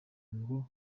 habeho